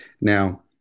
Now